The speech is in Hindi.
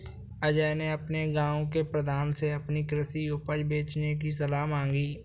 अजय ने अपने गांव के प्रधान से अपनी कृषि उपज बेचने की सलाह मांगी